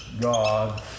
God